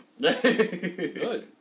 Good